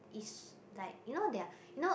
is like you know their you know